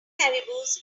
caribous